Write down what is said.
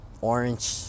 orange